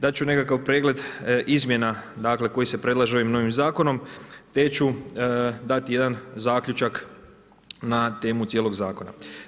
Dati ću nekakav prijedlog izmjena, koji se predlaže ovim novim zakonom, te ću dati jedan zaključak na temu cijelog zakona.